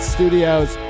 Studios